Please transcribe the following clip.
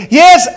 yes